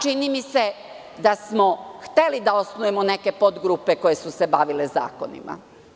Čini mi se da smo hteli da osnujemo neke podgrupe koje su se bavile zakonima.